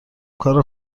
کار